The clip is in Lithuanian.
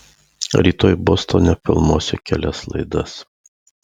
rytoj bostone filmuosiu kelias laidas